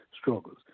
struggles